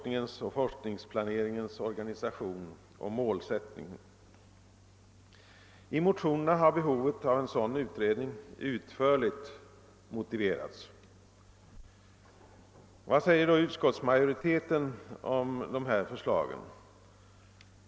I motionerna har behovet av en sådan utredning utförligt motiverats. Vad säger då utskottsmajoriteten om de här förslagen?